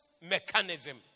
mechanism